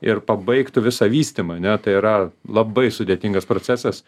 ir pabaigtų visą vystymą ane tai yra labai sudėtingas procesas